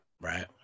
right